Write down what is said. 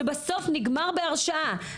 שבסוף נגמר בהרשעה,